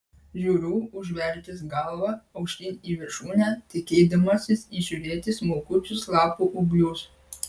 žiūriu užvertęs galvą aukštyn į viršūnę tikėdamasis įžiūrėti smulkučius lapų ūglius